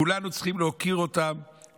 כולנו צריכים להוקיר אותם,